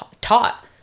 taught